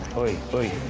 oi? oi?